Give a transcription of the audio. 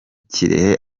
kirehe